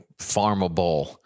farmable